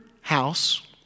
house